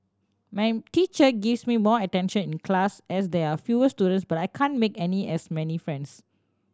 my teacher gives me more attention in class as there are fewer students but I can't make any as many friends